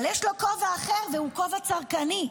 אבל יש לו כובע אחר, כובע צרכני,